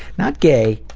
not gay,